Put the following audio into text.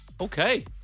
Okay